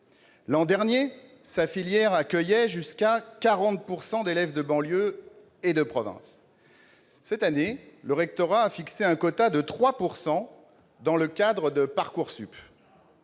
L'an dernier, sa filière accueillait jusqu'à 40 % d'élèves de banlieue et de province. Cette année, le rectorat a fixé un quota de 3 % dans le cadre de Parcoursup.